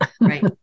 Right